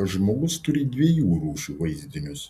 kad žmogus turi dviejų rūšių vaizdinius